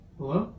Hello